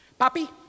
Papi